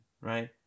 right